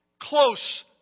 close